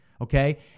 Okay